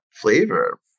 flavor